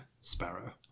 sparrow